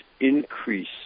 increase